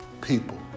people